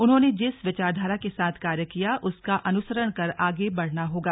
उन्होंने जिस विचारधारा के साथ कार्य किया उसका अनुसरण कर आगे बढ़ना होगा